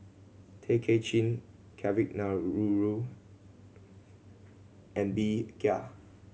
Tay Kay Chin Kavignareru Ng Bee Kia